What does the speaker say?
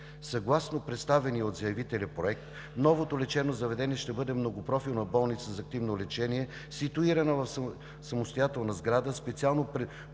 Съгласно представения от заявителя проект новото лечебно заведение ще бъде многопрофилна болница за активно лечение, ситуирана в самостоятелна сграда, специално